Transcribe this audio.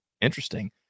interesting